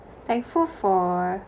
thankful for